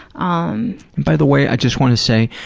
um by the way, i just want to say,